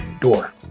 door